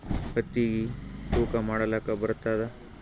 ಹತ್ತಿಗಿ ತೂಕಾ ಮಾಡಲಾಕ ಬರತ್ತಾದಾ?